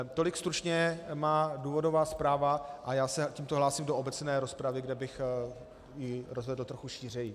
Tolik stručně má důvodová zpráva a já se tímto hlásím do obecné rozpravy, kde bych ji rozvedl trochu šířeji.